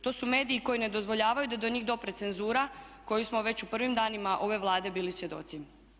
To su mediji koji ne dozvoljavaju da do njih dopre cenzura koje smo već u prvim danima ove Vlade bili svjedoci.